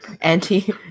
anti